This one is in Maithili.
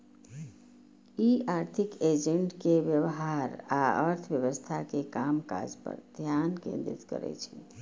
ई आर्थिक एजेंट के व्यवहार आ अर्थव्यवस्था के कामकाज पर ध्यान केंद्रित करै छै